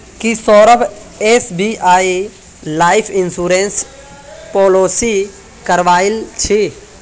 की Saurabh SBI life insurance policy करवइल छि